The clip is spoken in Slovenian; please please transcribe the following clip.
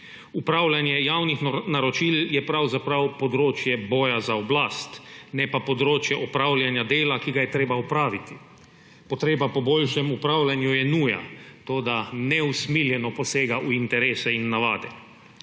Upravljanje javnih naročil je pravzaprav področje boja za oblast, ne pa področje opravljanja dela, ki ga je treba opraviti. Potreba po boljšem upravljanju je nuja, toda neusmiljeno posega v interese in navade.